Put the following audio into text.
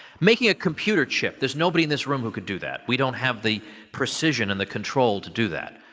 making a computer chip there's nobody in this room who could do that. we don't have the precision and the control to do that.